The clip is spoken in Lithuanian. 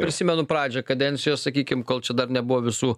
prisimenu pradžią kadencijos sakykim kol čia dar nebuvo visų